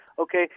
Okay